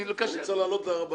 הוא רוצה לעלות להר הבית.